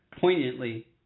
poignantly